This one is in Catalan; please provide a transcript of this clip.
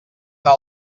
anar